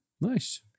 Nice